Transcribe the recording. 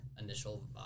initial